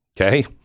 Okay